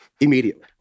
immediately